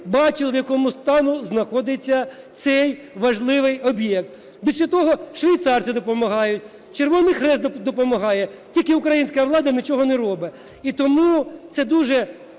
бачили, в якому стані знаходиться цей важливий об'єкт. Більше того, швейцарці допомагають, Червоний Хрест допомагає, тільки українська влада нічого не робить. І тому це дуже